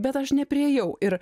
bet aš nepriėjau ir